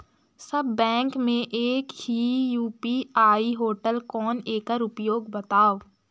सब bank मे एक ही यू.पी.आई होएल कौन एकर उपयोग बताव?